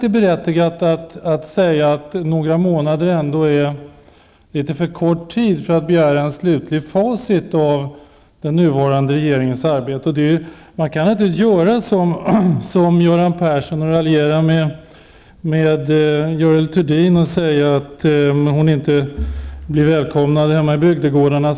Det är också berättigat att säga att några månader ändå är en för litet kort tid för att begära ett slutligt facit av den nuvarande regeringens arbete. Man kan inte göra så som Göran Persson och säga att Görel Thurdin inte bli välkomnad i bygdegårdarna.